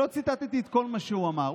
ולא ציטטתי את כל מה שהוא אמר.